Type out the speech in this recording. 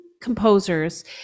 composers